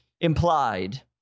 implied